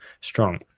strong